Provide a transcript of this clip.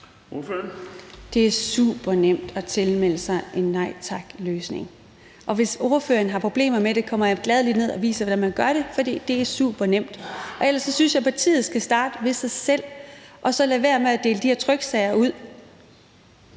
Det er supernemt at tilmelde sig en Nej Tak-løsning. Og hvis ordføreren har problemer med det, kommer jeg gladelig ned og viser, hvordan man gør det, for det er supernemt. Ellers synes jeg, at partiet skal starte hos sig selv og så lade være med at dele de her tryksager ud.